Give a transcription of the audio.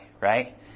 right